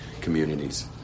communities